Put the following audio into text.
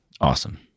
Awesome